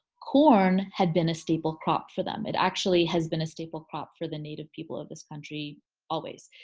corn had been a staple crop for them. it actually has been a staple crop for the native people of this country always.